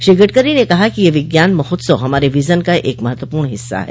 श्री गडकरी ने कहा कि यह विज्ञान महोत्सव हमारे विजन का एक महत्वपूर्ण हिस्सा है